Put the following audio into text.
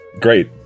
Great